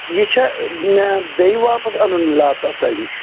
یہِ چھَ مےٚ بیٚیہِ واپَس اَنُن لیپٹاپ تۄہہِ نِش